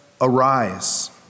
arise